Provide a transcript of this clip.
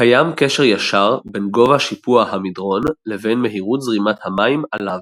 קיים קשר ישר בין גובה שיפוע המדרון לבין מהירות זרימת המים עליו.